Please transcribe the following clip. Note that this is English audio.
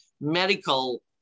medical